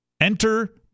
Enter